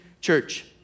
church